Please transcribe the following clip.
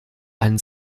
einen